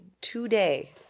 today